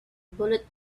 bullet